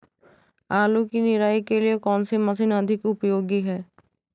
आलू की निराई के लिए कौन सी मशीन अधिक उपयोगी है?